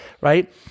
right